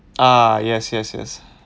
ah yes yes yes